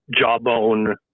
Jawbone